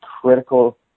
critical